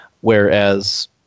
Whereas